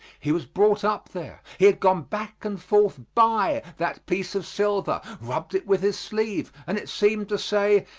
he was brought up there he had gone back and forth by that piece of silver, rubbed it with his sleeve, and it seemed to say,